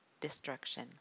destruction